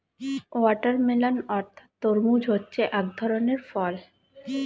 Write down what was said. watermelon অর্থাৎ তরমুজ হচ্ছে এক ধরনের ফল